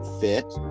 fit